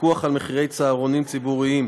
(פיקוח על מחירי צהרונים ציבוריים),